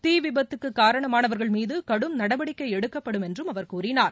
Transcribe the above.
தீவிபத்துக்குகாரணமானவர்கள் மீதுகடும் நடவடிக்கைஎடுக்கப்படும் என்றும் அவர் கூறினார்